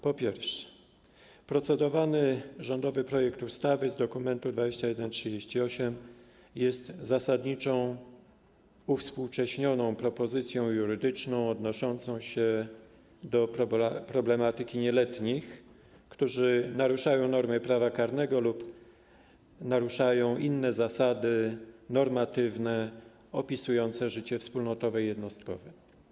Po pierwsze, procedowany rządowy projekt ustawy z dokumentu, druku nr 2138 jest zasadniczą uwspółcześnioną propozycją jurydyczną odnoszącą się do problematyki nieletnich, którzy naruszają normy prawa karnego lub naruszają inne zasady normatywne opisujące życie wspólnotowe i jednostkowe.